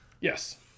yes